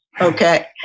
Okay